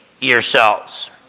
yourselves